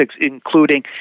including